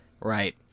Right